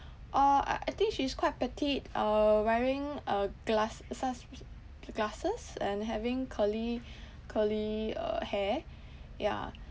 orh I I think she's quite petite uh wearing a glass glasses and having curly curly uh hair yeah